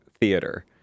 theater